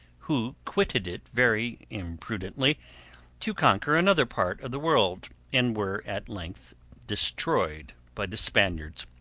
who quitted it very imprudently to conquer another part of the world, and were at length destroyed by the spaniards.